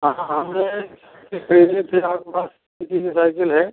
हाँ हमें आपके पास कितनी साइकिल हैं